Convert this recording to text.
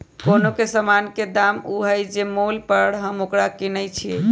कोनो समान के दाम ऊ होइ छइ जे मोल पर हम ओकरा किनइ छियइ